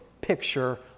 picture